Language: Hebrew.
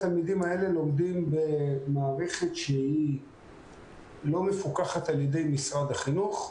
התלמידים האלה לומדים במערכת שהיא לא מפוקחת על ידי משרד החינוך,